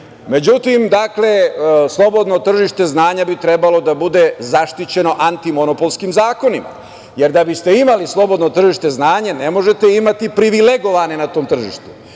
Međutim, slobodno tržište znanja bi trebalo da bude zaštićeno anti-monopolskim zakonima, jer da biste imali slobodno tržište znanja ne možete imati privilegovane na tom tržištu. Mi,